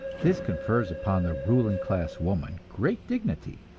this confers upon the ruling class woman great dignity,